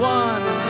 one